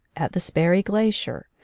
at the sperry glacier,